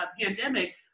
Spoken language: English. pandemic